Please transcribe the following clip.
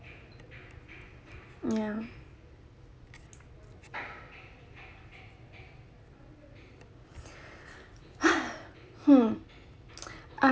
ya hmm